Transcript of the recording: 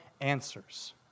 answers